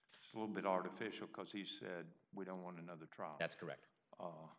course a little bit artificial cause he said we don't want another trial that's correct